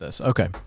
Okay